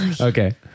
Okay